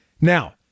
Now